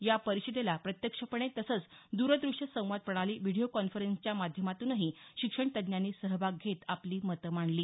या परिषदेला प्रत्यक्षपणे तसंच दरदृष्य संवाद प्रणाली व्हिडीओ कॉन्फरन्सिंगच्या माध्यमातूनही शिक्षणतज्ज्ञांनी सहभाग घेत आपली मतं मांडली